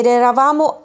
eravamo